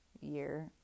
year